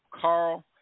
Carl